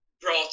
brought